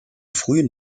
frühen